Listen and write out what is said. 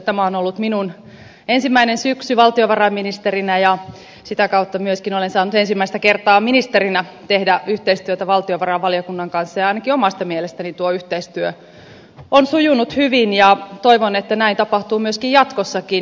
tämä on ollut minun ensimmäinen syksyni valtiovarainministerinä ja sitä kautta myöskin olen saanut ensimmäistä kertaa ministerinä tehdä yhteistyötä valtiovarainvaliokunnan kanssa ja ainakin omasta mielestäni tuo yhteistyö on sujunut hyvin ja toivon että näin tapahtuu myöskin jatkossa